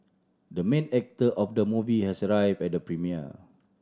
the main actor of the movie has arrived at the premiere